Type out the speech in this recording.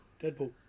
Deadpool